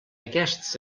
aquests